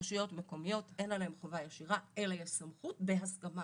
רשויות מקומיות אין עליהם חובה ישירה אלא יש סמכות בהסכמה